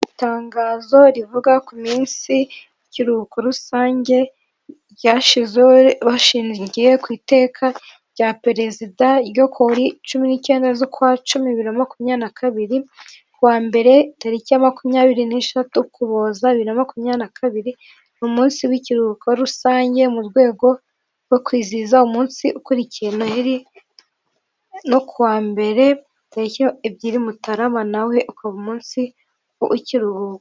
Itangazo rivuga ku munsi y'ikiruhuko rusange ryashyizweho bashingiye ku iteka rya perezida ryo kuri cumi n'icyenda z'ukwa cumi bibiri na makumyabiri na kabiri, ku wa mbere tariki ya makumyabiri n'esheshatu Ukuboza bibiri na makumyabiri na kabiri, ni umunsi w'ikiruhuko rusange mu rwego rwo kwizihiza umunsi ukurikiye noheli no kuwa mbere tariki ebyiri Mutarama nawo ukaba umunsi w'ikiruhuko.